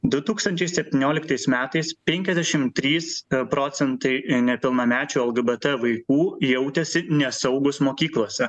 du tūkstančiai septynioliktais metais penkiasdešim trys procentai nepilnamečių lgbt vaikų jautėsi nesaugūs mokyklose